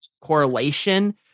correlation